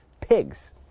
pigs